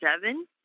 seven